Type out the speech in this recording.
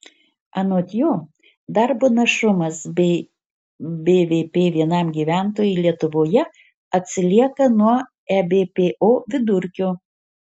anot jo darbo našumas bei bvp vienam gyventojui lietuvoje atsilieka nuo ebpo vidurkio